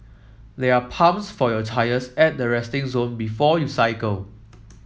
there are pumps for your tyres at the resting zone before you cycle